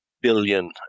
billion